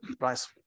nice